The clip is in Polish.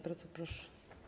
Bardzo proszę.